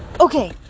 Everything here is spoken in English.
Okay